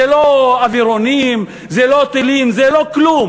זה לא אווירונים, זה לא טילים, זה לא כלום.